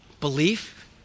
Belief